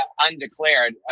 undeclared